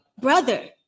brother